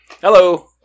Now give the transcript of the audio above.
Hello